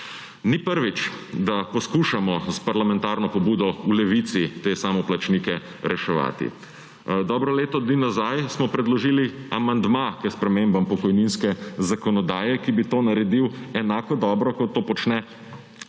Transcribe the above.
Ni prvič, da poskušamo s parlamentarno pobudo v Levici te samoplačnike reševati. Dobro leto nazaj smo predložili amandma k spremembam pokojninske zakonodaje, ki bi to naredil enako dobro, kot to počne naša